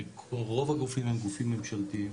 כי רוב הגופים הם גופים ממשלתיים,